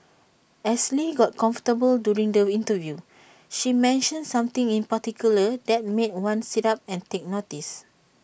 as lee got comfortable during the interview she mentioned something in particular that made one sit up and take notice